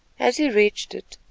as he reached it,